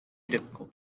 difficult